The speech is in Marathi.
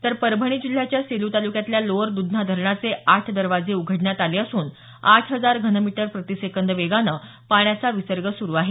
तर परभणी जिल्ह्याच्या सेलू तालुक्यातल्या लोअर दुधना धरणाचे आठ दरवाजे उघडण्यात आले असून आठ हजार घनमीटर प्रतिसेकंद या वेगानं पाण्याचा विसर्ग सुरु आहे